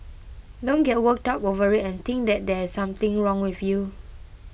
don't get worked up over it and think that there is something wrong with you